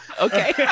Okay